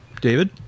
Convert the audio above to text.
David